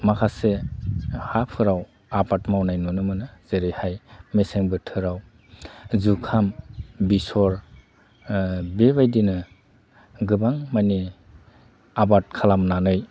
माखासे हाफोराव आबाद मावनाय नुनो मोनो जेरैहाय मेसें बोथोराव जुखाम बेसर बेबायदिनो गोबां मानि आबाद खालामनानै